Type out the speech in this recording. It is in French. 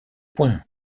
point